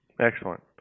Excellent